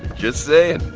just saying